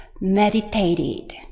meditated